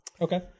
Okay